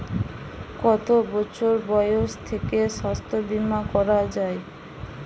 কত বছর বয়স থেকে স্বাস্থ্যবীমা করা য়ায়?